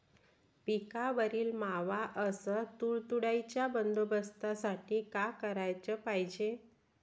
पिकावरील मावा अस तुडतुड्याइच्या बंदोबस्तासाठी का कराच पायजे?